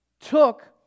took